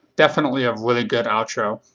definitely a really good outro.